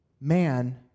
man